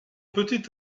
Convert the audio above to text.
petit